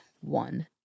one